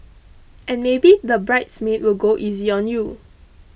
and maybe the bridesmaid will go easy on you